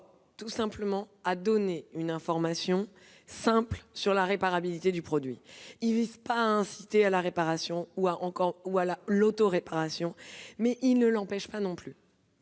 vise seulement à donner une information simple sur la réparabilité du produit. Il n'a pas pour objet d'inciter à la réparation ou à l'autoréparation, mais ne l'empêche pas non plus.